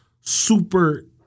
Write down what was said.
super